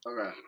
Okay